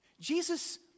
Jesus